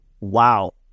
wow